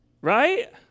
right